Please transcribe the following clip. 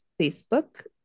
facebook